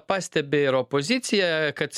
pastebi ir opozicija kad